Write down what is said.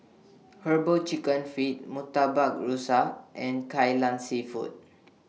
Herbal Chicken Feet Murtabak Rusa and Kai Lan Seafood